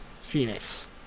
Phoenix